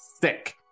sick